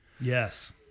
Yes